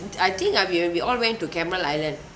I think ah we when we all went to cameron highland